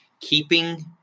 keeping